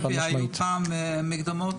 היו פעם מקדמות?